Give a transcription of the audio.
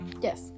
Yes